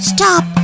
Stop